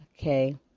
okay